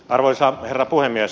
arvoisa herra puhemies